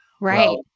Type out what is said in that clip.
Right